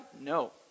no